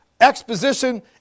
exposition